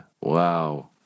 Wow